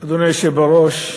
אדוני היושב בראש,